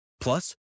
Plus